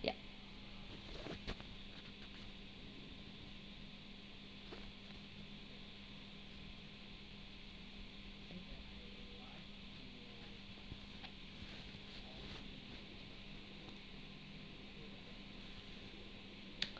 ya